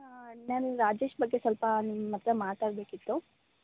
ನಾನು ನಿಮ್ಮ ರಾಜೇಶ್ ಬಗ್ಗೆ ಸ್ವಲ್ಪ ನಿಮ್ಮ ಹತ್ತಿರ ಮಾತಾಡಬೇಕಿತ್ತು